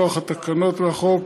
מכוח התקנות לחוק,